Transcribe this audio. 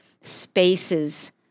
spaces